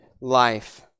life